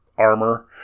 armor